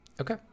okay